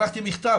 שלחתי מכתב,